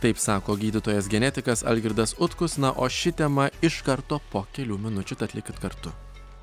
taip sako gydytojas genetikas algirdas utkus na o ši tema iš karto po kelių minučių tad likit kartu